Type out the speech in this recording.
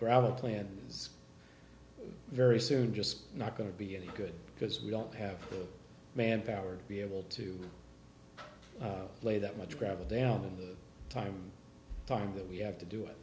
gravel plans very soon just not going to be any good because we don't have the manpower to be able to lay that much gravel down in the time time that we have to do it